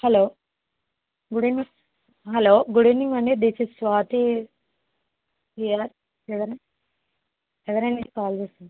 hello good evening hello good evening అండి this is Swathi here ఎవరు ఎవరండి కాల్ చేసింది